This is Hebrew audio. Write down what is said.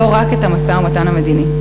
לא רק את המשא-ומתן המדיני.